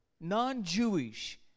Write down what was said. Non-Jewish